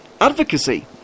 advocacy